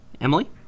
Emily